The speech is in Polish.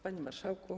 Panie Marszałku!